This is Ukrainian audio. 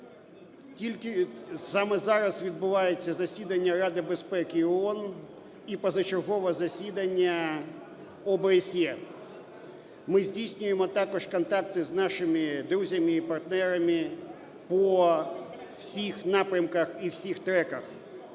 Саме зараз відбувається засідання Ради безпеки ООН і позачергове засідання ОБСЄ. Ми здійснюємо також контакти з нашими друзями і партнерами по всіх напрямках і всіх треках.